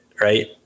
Right